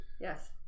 Yes